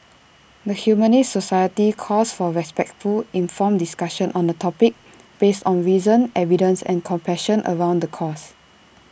the Humanist society calls for respectful informed discussion on the topic based on reason evidence and compassion around the cause